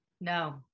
No